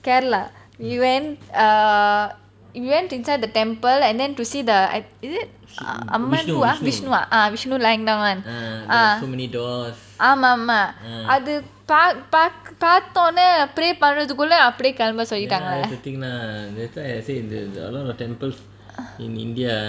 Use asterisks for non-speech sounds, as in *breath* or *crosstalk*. Kerala we went err we went inside the temple and then to see the I is it Amman னா விஷ்ணு வா:amman na vishnu va ah ah Vishnu Amman ஆமா ஆமா:vishnu amman aama aama ah அது பார்த்தாவோனே:adhu paarthavona *breath* pray பண்றதுக்குள்ள அப்டியே கிளம்ப சொல்லிட்டாங்க:panrathukulla apdiye kilamba sollitanga